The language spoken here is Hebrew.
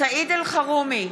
סעיד אלחרומי